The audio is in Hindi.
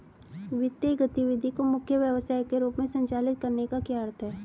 वित्तीय गतिविधि को मुख्य व्यवसाय के रूप में संचालित करने का क्या अर्थ है?